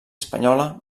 espanyola